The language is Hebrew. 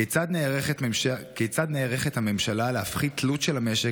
כיצד נערכת הממשלה להפחית תלות של המשק